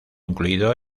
incluido